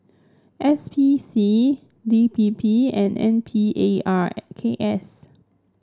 S P C D P P and N P A R K S